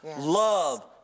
love